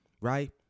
right